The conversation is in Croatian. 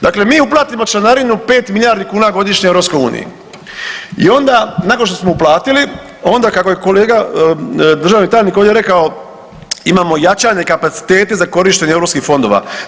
Dakle, mi uplatimo članarinu 5 milijardi kuna godišnje EU i onda nakon što smo uplatili, onda kako je kolega državni tajnik ovdje rekao imamo jačanje kapacitete za korištenje EU fondova.